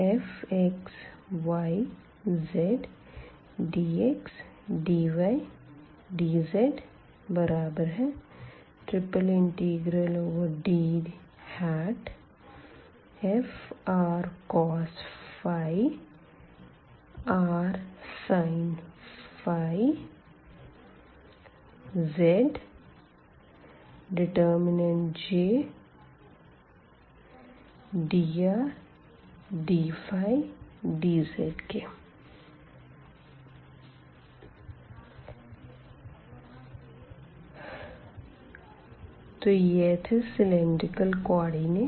DfxyzdxdydzDfrcos rsin zJdrdϕdz तो यह थे सिलेंडरिकल कोऑर्डिनेट